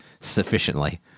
sufficiently